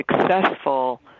successful